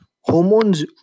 hormones